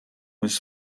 with